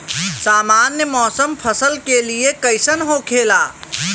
सामान्य मौसम फसल के लिए कईसन होखेला?